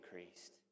increased